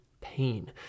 pain